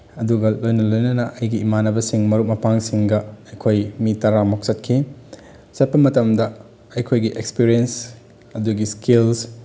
ꯑꯗꯨꯒ ꯂꯣꯏꯅ ꯂꯣꯏꯅꯅ ꯑꯩꯒꯤ ꯏꯃꯥꯟꯅꯕꯁꯤꯡ ꯃꯔꯨꯞ ꯃꯄꯥꯡꯁꯤꯡꯒ ꯑꯩꯈꯣꯏ ꯃꯤ ꯇꯔꯥꯃꯨꯛ ꯆꯠꯈꯤ ꯆꯠꯄ ꯃꯇꯝꯗ ꯑꯩꯈꯣꯏꯒꯤ ꯑꯦꯛꯄꯔꯤꯌꯦꯟꯁ ꯑꯗꯒꯤ ꯏꯁꯀꯤꯜꯁ